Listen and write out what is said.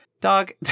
dog